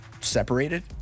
Separated